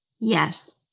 Yes